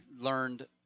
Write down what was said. learned